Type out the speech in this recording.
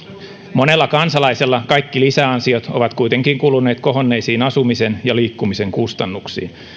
monella kansalaisella kaikki lisäansiot ovat kuitenkin kuluneet kohonneisiin asumisen ja liikkumisen kustannuksiin